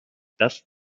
das